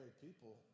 people